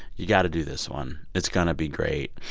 you got to do this one. it's going to be great.